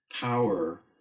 power